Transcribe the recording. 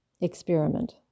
experiment